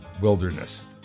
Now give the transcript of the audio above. wilderness